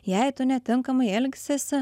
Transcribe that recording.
jei tu netinkamai elgsiesi